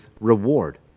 reward